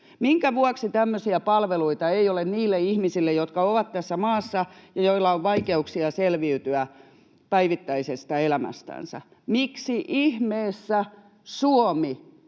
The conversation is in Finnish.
Minkä vuoksi tämmöisiä palveluita ei ole niille ihmisille, jotka ovat tässä maassa ja joilla on vaikeuksia selviytyä päivittäisestä elämästänsä? Miksi ihmeessä Suomi